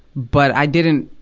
but i didn't,